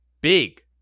big